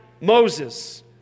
moses